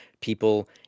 people